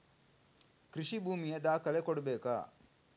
ಕೃಷಿ ಭೂಮಿಯ ದಾಖಲೆ ಕೊಡ್ಬೇಕಾ?